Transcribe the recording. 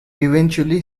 eventually